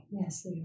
Yes